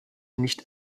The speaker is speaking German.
nicht